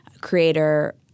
creator